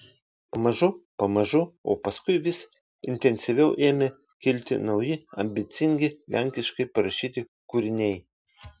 pamažu pamažu o paskui vis intensyviau ėmė kilti nauji ambicingi lenkiškai parašyti kūriniai